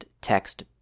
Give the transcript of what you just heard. text